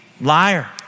liar